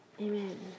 Amen